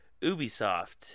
Ubisoft